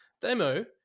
Demo